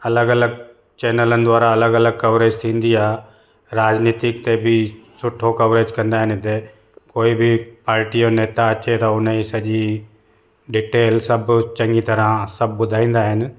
अलॻि अलॻि चैनलनि द्वारा अलॻि अलॻि कवरेज थींदी आहे राजनीतिक ते बि सुठो कवरेज कंदा आहिनि हिते कोई बि पार्टीअ जो नेता अचे त हुनजी सॼी डिटेल सभु चङी तरह सभु ॿुधाईंदा आहिनि